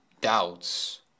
doubts